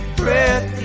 breath